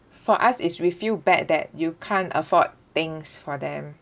for us is we feel bad that you can't afford things for them